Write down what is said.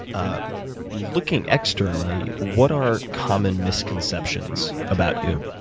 ah looking externally, what are common misconceptions about you?